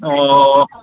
ꯑꯣ